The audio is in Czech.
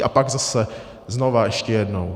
A pak zase znova ještě jednou.